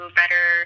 better